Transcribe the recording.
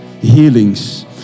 healings